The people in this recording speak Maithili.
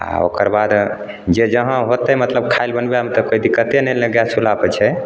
आओर ओकर बाद जे जहाँ होतै मतलब खाइले बनबैमे तऽ कोइ दिक्कते नहि ने गैस चुल्हापर छै